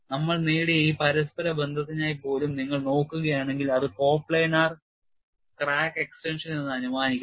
നമ്മൾ നേടിയ ഈ പരസ്പര ബന്ധത്തിനായി പോലും നിങ്ങൾ നോക്കുകയാണെങ്കിൽ അത് കോപ്ലാനാർ ക്രാക്ക് എക്സ്റ്റൻഷൻ എന്ന് അനുമാനിക്കുന്നു